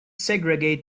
segregate